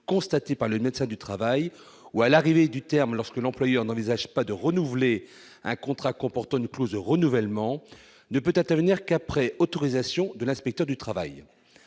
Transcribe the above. constatée par le médecin du travail, ou à l'arrivée du terme lorsque l'employeur n'envisage pas de renouveler un contrat comportant une clause de renouvellement, ne peut intervenir qu'après autorisation de l'inspecteur du travail.